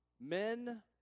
Men